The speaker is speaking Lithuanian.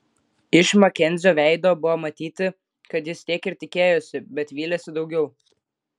iš makenzio veido buvo matyti kad jis tiek ir tikėjosi bet vylėsi daugiau